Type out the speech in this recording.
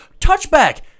touchback